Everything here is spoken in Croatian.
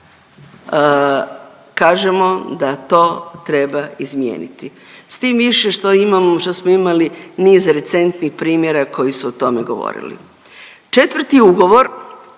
kažemo da to treba izmijeniti? S tim više imamo, što smo imali niz recentnih primjera koji su o tome govorili. Četvrti ugovor